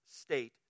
state